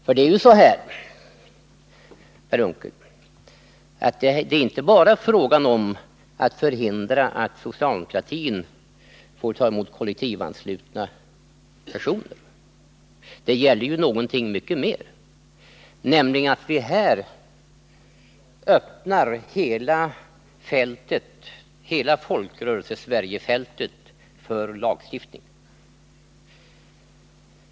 För det är ju så, Per Unckel, att det inte bara är fråga om att förhindra att socialdemokratin får ta emot kollektivanslutna personer; det gäller någonting mycket mer, nämligen att vi här öppnar hela fältet Folkrörelsesverige för lagstiftningen.